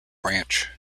branch